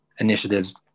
initiatives